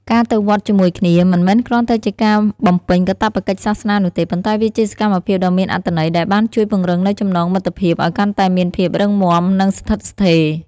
ការទៅវត្តជាមួយគ្នាមិនមែនគ្រាន់តែជាការបំពេញកាតព្វកិច្ចសាសនានោះទេ ប៉ុន្តែវាជាសកម្មភាពដ៏មានអត្ថន័យដែលបានជួយពង្រឹងនូវចំណងមិត្តភាពឲ្យកាន់តែមានភាពរឹងមាំនិងស្ថិតស្ថេរ។